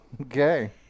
Okay